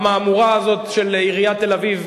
המהמורה הזאת של עיריית תל-אביב,